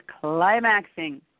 climaxing